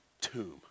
tomb